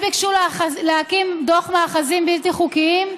אז ביקשו להכין דוח מאחזים בלתי חוקיים,